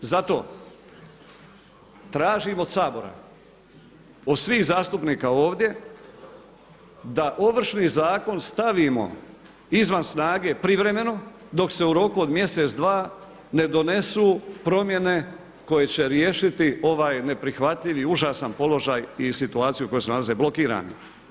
Zato, tražim od Sabora, od svih zastupnika ovdje da Ovršni zakon stavimo izvan snage privremeno do se u roku od mjesec, dva ne donesu promjene koje će riješiti ovaj neprihvatljiv i užasan položaj i situaciju u kojoj se nalaze blokirani.